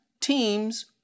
teams